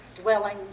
dwelling